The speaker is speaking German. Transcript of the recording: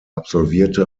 absolvierte